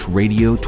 radio